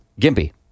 Gimpy